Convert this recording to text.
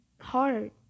hard